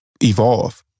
evolve